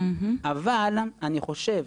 אבל אני חושב,